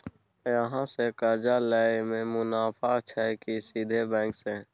अहाँ से कर्जा लय में मुनाफा छै की सीधे बैंक से?